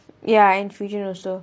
ya and fusion also